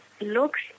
Looks